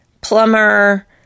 plumber